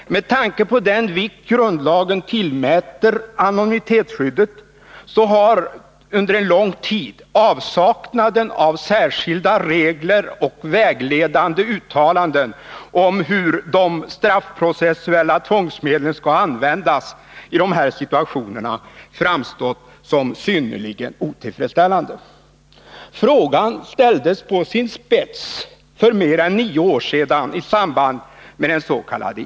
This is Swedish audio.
Med tanke på den vikt som grundlagen tillmäter anonymitetsskyddet har avsaknaden av särskilda regler och vägledande uttalanden om hur de straffprocessuella tvångsmedlen skall användas i dessa situationer under en lång tid framstått som synnerligen otillfredsställande. Frågan ställdes på sin spets för mer än nio år sedan i samband med dens.k.